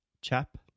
chap